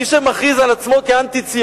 מי שמכריז על עצמו כאנטי-ציוני